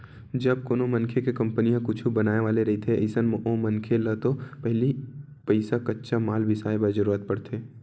जब कोनो मनखे के कंपनी ह कुछु बनाय वाले रहिथे अइसन म ओ मनखे ल तो पहिली पइसा कच्चा माल बिसाय बर जरुरत पड़थे